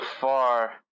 far